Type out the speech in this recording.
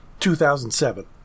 2007